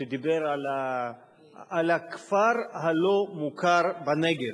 שדיבר על הכפר הלא-מוכר בנגב.